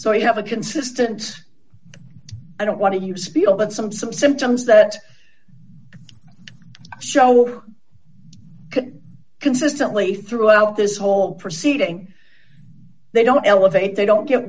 so you have a consistent i don't want to use spiel that some some symptoms that show we can consistently throughout this whole proceeding they don't elevate they don't get